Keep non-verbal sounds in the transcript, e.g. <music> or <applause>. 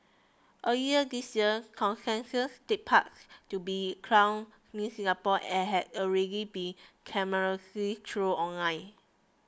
earlier this year <unintelligible> take part to be crown Miss Singapore <unintelligible> had already be <unintelligible> troll online